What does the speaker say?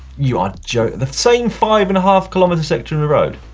you are joke, the same five and half kilometer section of road?